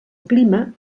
clima